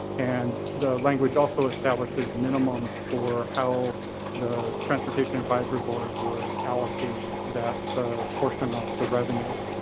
and the language also establishes minimums for how the transportation advisory board would allocate that portion of the revenue.